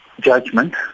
judgment